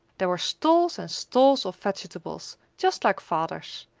there were stalls and stalls of vegetables just like father's,